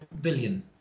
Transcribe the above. billion